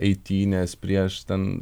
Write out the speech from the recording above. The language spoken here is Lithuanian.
eitynes prieš ten